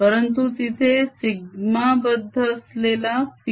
परंतु तिथे सिग्माबद्ध असलेला P